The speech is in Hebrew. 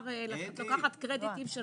לוקחת קרדיטים של